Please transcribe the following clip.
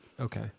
Okay